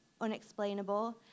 unexplainable